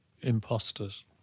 imposters